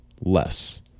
less